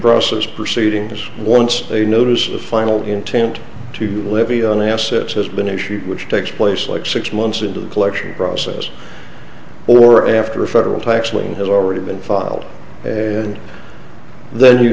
process proceedings warrants a notice of final intent to libyan assets has been issued which takes place like six months into the collection process or after a federal tax lien has already been filed and then you